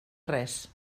res